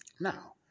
Now